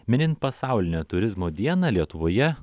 minint pasaulinę turizmo dieną lietuvoje